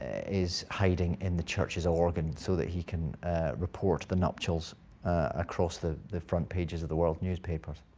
is hiding in the church's organ so that he can report the nuptials across the the front pages of the world's newspapers.